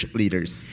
leaders